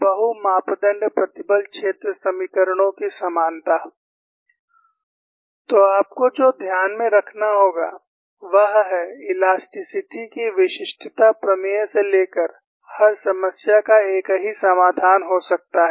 बहु मापदण्ड प्रतिबल क्षेत्र समीकरणों की समानता तो आपको जो ध्यान में रखना होगा वह है इलास्टिसिटी की विशिष्टता प्रमेय से लेकर हर समस्या का एक ही समाधान हो सकता है